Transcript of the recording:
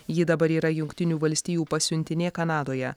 ji dabar yra jungtinių valstijų pasiuntinė kanadoje